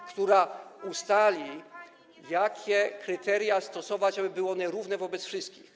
w której ustalimy, jakie kryteria stosować, żeby były one równe wobec wszystkich.